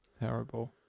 terrible